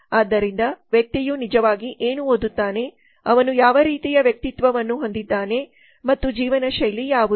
ಆದ್ದರಿಂದ ವ್ಯಕ್ತಿಯು ನಿಜವಾಗಿ ಏನು ಓದುತ್ತಾನೆ ಅವನು ಯಾವ ರೀತಿಯ ವ್ಯಕ್ತಿತ್ವವನ್ನು ಹೊಂದಿದ್ದಾನೆ ಮತ್ತು ಜೀವನಶೈಲಿ ಯಾವುದು